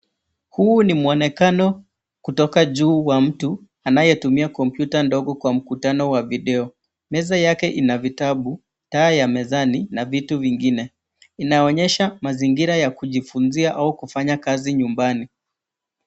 Huu ni mwonekano kutoka juu wa mtu anayetumia komputa ndogo kwa mkutano wa video. Meza yaki ina vitabu, taa ya mezani na vitu vingine. Inaonyesha mazingira ya kujifunzia au kufanya kazi nymbani.